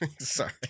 Sorry